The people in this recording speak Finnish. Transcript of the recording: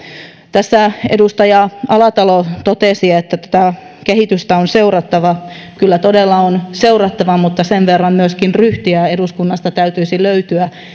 tässä edustaja alatalo totesi että kehitystä on seurattava kyllä todella on seurattava mutta sen verran myöskin ryhtiä eduskunnasta täytyisi löytyä